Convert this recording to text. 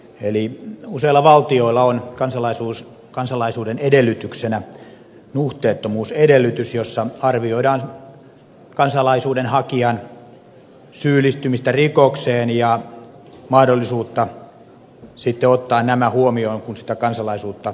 eli useilla valtioilla on kansalaisuuden edellytyksenä nuhteettomuusedellytys jossa arvioidaan kansalaisuuden hakijan syyllistymistä rikokseen ja mahdollisuutta ottaa nämä huomioon kun kansalaisuutta myönnetään